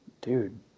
dude